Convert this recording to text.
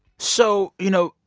so, you know,